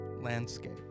landscape